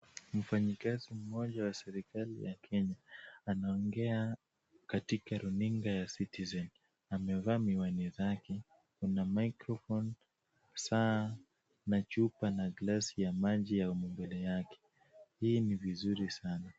Mfanyikazi mmoja wa serikali ya Kenya, anaongea katika runinga ya Citizen. Amevaa miwani zake. Kuna microphone , saa na chupa na glasi ya maji mbele yake. Hii ni vizuri sana.